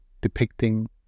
depicting